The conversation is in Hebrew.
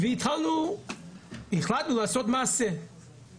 רבה של פ"ת, רב דוד שלוש, רבה של נתניה,